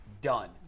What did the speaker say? done